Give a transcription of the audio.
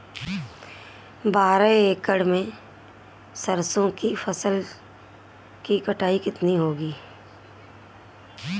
बारह एकड़ में सरसों की फसल की कटाई कितनी होगी?